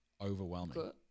overwhelming